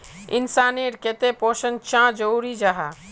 इंसान नेर केते पोषण चाँ जरूरी जाहा?